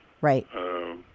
Right